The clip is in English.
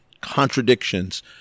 contradictions